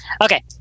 Okay